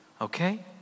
okay